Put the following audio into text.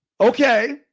Okay